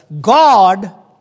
God